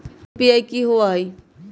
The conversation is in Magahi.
यू.पी.आई कि होअ हई?